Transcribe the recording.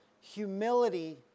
humility